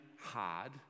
hard